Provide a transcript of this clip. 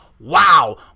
Wow